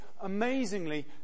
amazingly